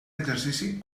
exercici